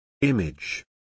Image